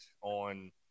on